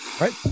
right